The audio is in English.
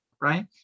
right